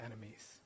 enemies